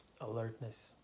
alertness